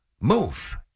move